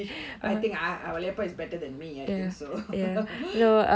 I think I I valaiyappa is better than me I think so